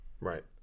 right